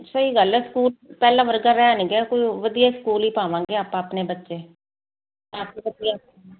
ਸਹੀ ਗੱਲ ਹ ਸਕੂਲ ਪਹਿਲਾਂ ਵਰਗਾ ਰਿਹਾ ਨਹੀਂ ਗਿਆ ਕੋਈ ਵਧੀਆ ਸਕੂਲ ਹੀ ਪਾਵਾਂਗੇ ਆਪਾਂ ਆਪਣੇ ਬੱਚੇ